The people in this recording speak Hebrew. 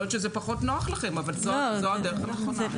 יכול להיות שזה פחות נוח לכם אבל זו הדרך הנכונה.